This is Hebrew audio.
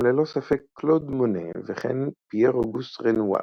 ללא ספק קלוד מונה וכן פייר-אוגוסט רנואר.